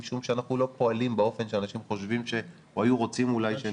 משום שאנחנו לא פועלים באופן שאנשים חושבים או היו רוצים אולי שנפעל.